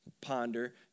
ponder